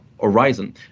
horizon